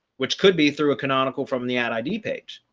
which could be through a canonical from the ad id page.